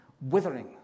withering